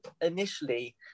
initially